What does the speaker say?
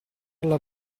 alla